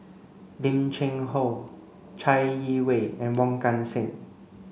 Lim Cheng Hoe Chai Yee Wei and Wong Kan Seng